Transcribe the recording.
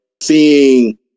seeing